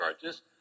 charges